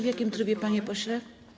W jakim trybie, panie pośle?